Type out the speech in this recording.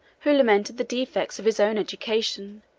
who lamented the defects of his own education,